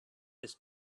this